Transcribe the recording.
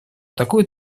такую